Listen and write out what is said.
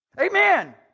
Amen